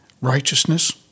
righteousness